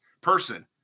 person